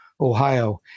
Ohio